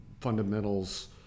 fundamentals